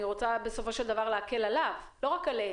אני רוצה להקל על הלקוח, לא רק על החברה.